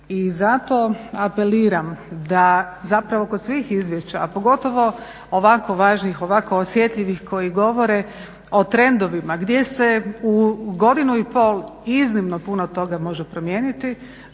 I zato apeliram da, zapravo kod svih izvješća, a pogotovo ovako važnih, ovako osjetljivih koji govore o trendovima gdje su u godinu i pol iznimno puno toga može promijeniti,